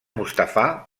mustafà